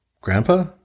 Grandpa